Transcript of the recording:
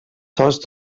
tots